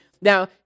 Now